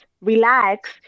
relax